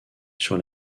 sur